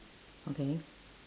okay